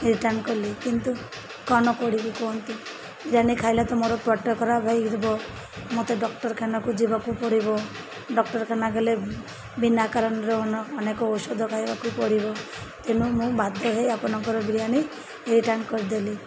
return କଲି କିନ୍ତୁ କ'ଣ କରିବି କୁହନ୍ତୁ ବିରିୟାନି ଖାଇଲେ ତ ମୋର ପେଟ ଖରାପ ହୋଇଯିବ ମୋତେ ଡ଼କ୍ଟରଖାନାକୁ ଯିବାକୁ ପଡ଼ିବ ଡ଼କ୍ଟରଖାନା ଗଲେ ବିନା କାରଣର ଅନେକ ଔଷଧ ଖାଇବାକୁ ପଡ଼ିବ ତେଣୁ ମୁଁ ବାଧ୍ୟ ହୋଇ ଆପଣଙ୍କର ବିରିୟାନୀ ରିଟର୍ଣ୍ଣ କରିଦେଲି